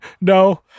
No